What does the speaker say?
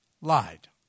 lied